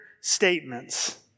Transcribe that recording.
statements